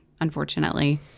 Unfortunately